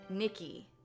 Nikki